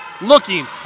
looking